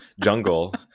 jungle